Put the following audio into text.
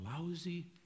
lousy